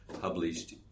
published